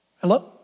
Hello